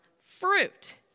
fruit